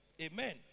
Amen